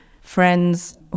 friends